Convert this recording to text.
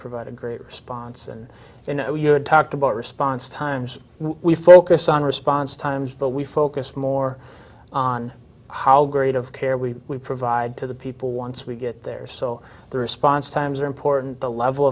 provide a great response and talked about response times we focus on response times but we focus more on how great of care we provide to the people once we get there so the response times are important the level